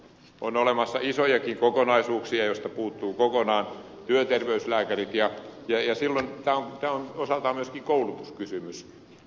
on olemassa isojakin kokonaisuuksia joista puuttuu kokonaan työterveyslääkärit ja tämä on osaltaan myöskin koulutuskysymys